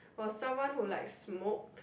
was someone who like smoked